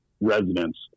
residents